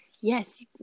yes